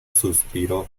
suspiró